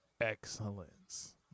excellence